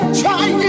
try